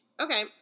Okay